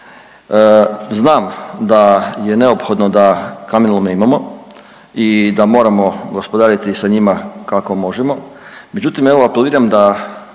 Znam da je neophodno da kamenolome imamo i da moramo gospodariti da njima kako možemo, međutim evo apeliram da